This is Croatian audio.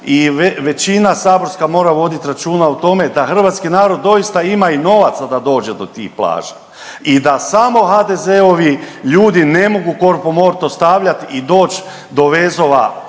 i većina saborska mora vodit računa o tome da hrvatski narod doista ima i novaca da dođe do tih plaža i da samo HDZ-ovi ljudi ne mogu korpomorto stavljat i doć do vezova